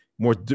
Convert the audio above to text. more